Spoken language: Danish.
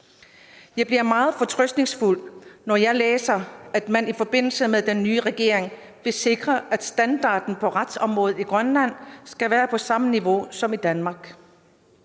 Jeg bliver meget fortrøstningsfuld, når jeg læser, at man i forbindelse med den nye regering vil sikre, at standarden på retsområdet i Grønland skal være på samme niveau som i Danmark.